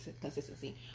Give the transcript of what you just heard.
consistency